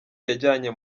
yajyanye